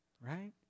Right